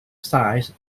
size